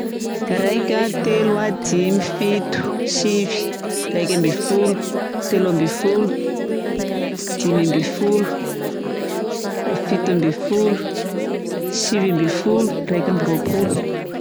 Raika, telo, dimy, fito, sivy, raika ambin'ny folo, telo ambin'ny folo, dimy ambin'ny folo, fito ambin'ny folo, sivy ambin'ny folo, raika amby roapolo.